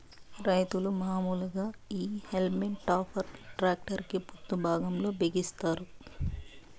రైతులు మాములుగా ఈ హల్మ్ టాపర్ ని ట్రాక్టర్ కి ముందు భాగం లో బిగిస్తారు